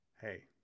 Hey